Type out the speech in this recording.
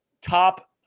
top